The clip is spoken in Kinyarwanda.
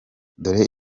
dore